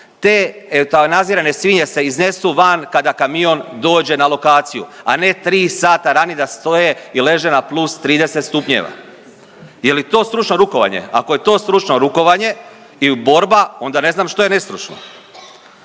te eutanazirane svinje se iznesu van kada kamion dođe na lokaciju, a ne tri sata ranije da stoje i leže na plus 30 stupnjeva. Je li to stručno rukovanje? Ako je to stručno rukovanje il borba onda ne znam što je nestručno.